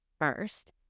first